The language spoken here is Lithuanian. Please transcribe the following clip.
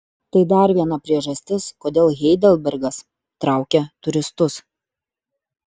tai dar viena priežastis kodėl heidelbergas traukia turistus